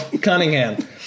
Cunningham